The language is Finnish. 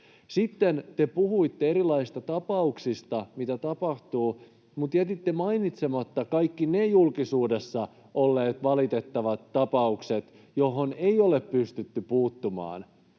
Sitten te puhuitte erilaisista tapauksista, mitä tapahtuu, mutta jätitte mainitsematta kaikki ne julkisuudessa olleet valitettavat tapaukset, joihin ei ole pystytty puuttumaan